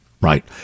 Right